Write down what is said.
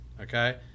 okay